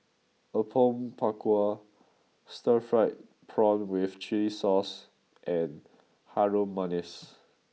Apom Berkuah Stir Fried Prawn with Chili Sauce and Harum Manis